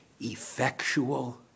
effectual